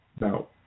now